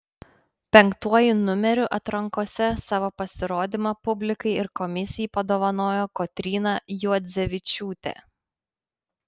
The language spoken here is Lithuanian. penktuoju numeriu atrankose savo pasirodymą publikai ir komisijai padovanojo kotryna juodzevičiūtė